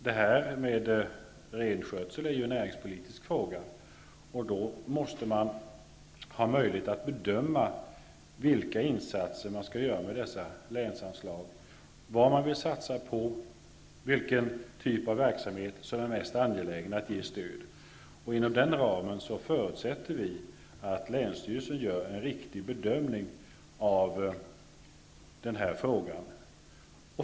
Det här med renskötsel är en näringspolitisk fråga, och då måste man ha möjlighet att bedöma vilka insatser som skall göras med dessa länsanslag, vad man vill satsa på och vilken typ av verksamheten som det är mest angeläget att ge stöd till. Inom den ramen förutsätter vi att länsstyrelserna gör en riktig bedömning i den här frågan.